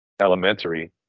elementary